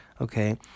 Okay